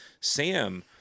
Sam